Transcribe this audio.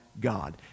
God